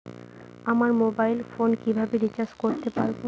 আমার mobile phone কিভাবে recharge করতে পারব?